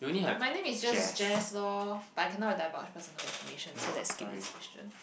my name is just Jess loh but I cannot divulge personal information so let's skip this question